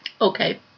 Okay